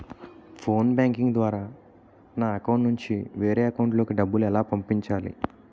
Phone banking ద్వారా నా account నుంచి వేరే అకౌంట్ లోకి డబ్బులు ఎలా పంపించాలి?